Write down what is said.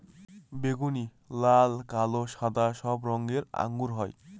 বেগুনি, লাল, কালো, সাদা সব রঙের আঙ্গুর হয়